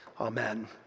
amen